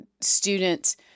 students